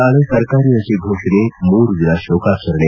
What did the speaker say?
ನಾಳೆ ಸರ್ಕಾರಿ ರಜೆ ಘೋಷಣೆ ಮೂರು ದಿನ ಶೋಕಾಚರಣೆ